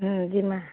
ହୁଁ ଯିମା